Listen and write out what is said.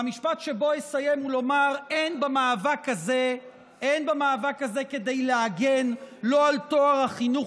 והמשפט שבו אסיים הוא: אין במאבק הזה כדי להגן על טוהר החינוך